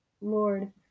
Lord